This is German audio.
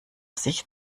sich